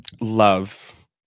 love